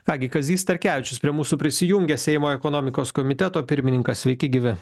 ką gi kazys starkevičius prie mūsų prisijungė seimo ekonomikos komiteto pirmininkas sveiki gyvi